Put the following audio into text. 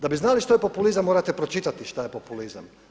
Da bi znali što je populizam, morate pročitati što je populizam.